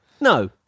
No